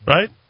Right